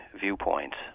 viewpoints